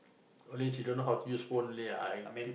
only she don't know how to use phone only lah I